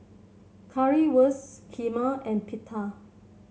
Currywurst Kheema and Pita